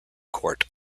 court